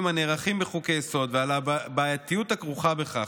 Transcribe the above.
הנערכים בחוקי-היסוד ועל הבעייתיות הכרוכה בכך,